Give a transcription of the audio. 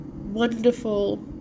wonderful